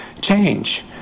change